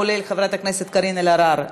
כולל חברת הכנסת קארין אלהרר,